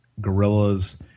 Gorilla's